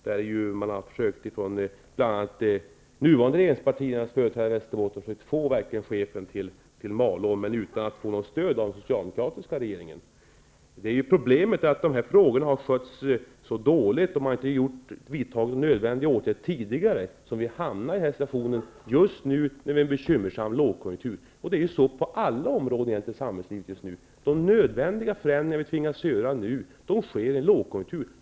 De nuvarande regeringspartiernas företrädare i Västerbotten har försökt få chefen till Malå, men de har inte fått något stöd av den socialdemokratiska regeringen. Problemet är att de här frågorna har skötts så dåligt. Eftersom man inte har vidtagit nödvändiga åtgärder tidigare, hamnar vi i den här situationen just nu när vi har en bekymmersam lågkonjunktur. Det är så på alla områden i samhällslivet. De nödvändiga förändringar som vi tvingas göra nu sker i en lågkonjunktur.